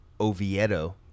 Oviedo